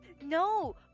No